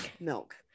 milk